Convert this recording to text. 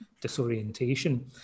disorientation